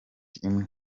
imwe